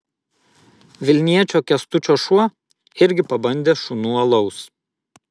vilniečio kęstučio šuo irgi pabandė šunų alaus